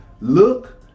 look